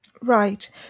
Right